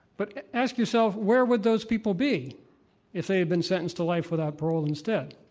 but ask yourself where would those people be if they had been sentenced to life without parole instead?